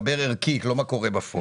מדבר ערכית ולא מה קורה בפועל